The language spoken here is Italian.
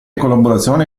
collaborazioni